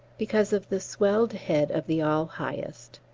because of the swelled head of the all-highest.